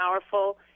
powerful